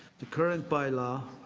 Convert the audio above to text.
the current bylaw